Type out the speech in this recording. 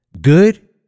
good